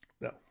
No